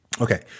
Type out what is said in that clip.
Okay